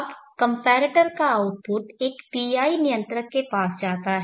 अब कम्पैरेटर का आउटपुट एक PI नियंत्रक के पास जाता है